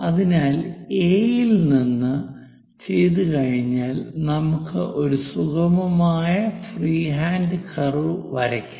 അതിനാൽ എ യിൽ നിന്ന് ചെയ്തുകഴിഞ്ഞാൽ നമുക്ക് ഒരു സുഗമമായ ഫ്രീഹാൻഡ് കർവ് വരയ്ക്കാം